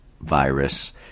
virus